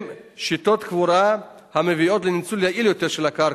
שיטות קבורה המביאות לניצול יעיל יותר של הקרקע.